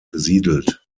besiedelt